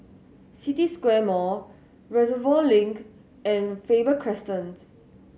City Square Mall Reservoir Link and Faber Crescent